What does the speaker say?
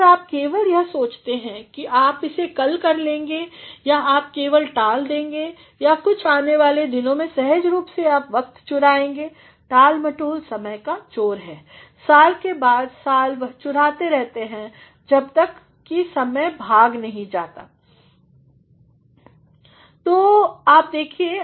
अगर आप केवल यह सोचते हैं कि आप इसे कल कर लेंगे या आप केवल टाल देंगे कुछ आने वाले दिनों सहज रूप से आप वक्त चुराएंगे टालमटोल समय का चोर है साल के बाद साल वह चुराते रहता है जब तक सब भाग जाते हैं